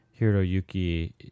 Hiroyuki